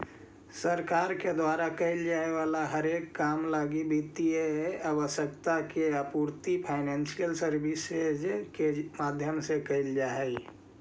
सरकार के द्वारा कैल जाए वाला हरेक काम लगी वित्तीय आवश्यकता के पूर्ति फाइनेंशियल सर्विसेज के माध्यम से कैल जा हई